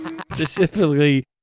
Specifically